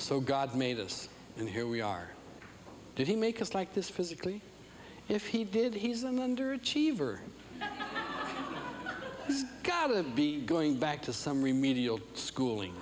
so god made us and here we are did he make us like this physically if he did he's an underachiever he's got to be going back to some remedial schooling